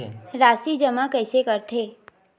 राशि जमा कइसे करथे?